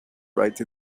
right